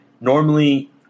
Normally